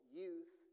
youth